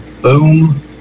Boom